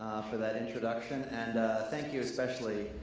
for that introduction and thank you, especially,